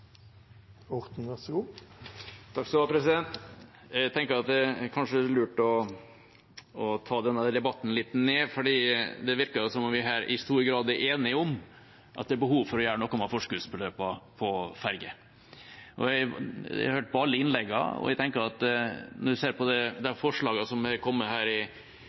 Jeg tenker at det kanskje er lurt å ta denne debatten litt ned, for det virker som om vi her i stor grad er enige om at det er behov for å gjøre noe med forskuddsbeløpene på fergene. Jeg har hørt på alle innleggene, og jeg tenker at når en ser på de forslagene som er kommet her, i